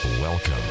Welcome